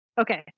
Okay